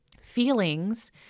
feelings